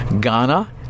Ghana